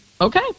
okay